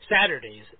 Saturdays